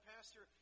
Pastor